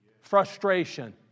Frustration